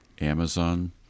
Amazon